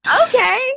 okay